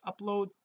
upload